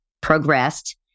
progressed